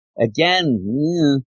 Again